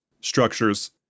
structures